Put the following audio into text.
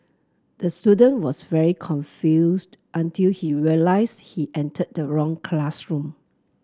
the student was very confused until he realised he entered the wrong classroom